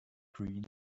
green